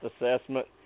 assessment